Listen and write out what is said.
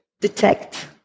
detect